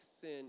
sin